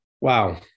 Wow